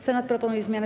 Senat proponuje zmianę w